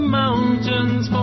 mountains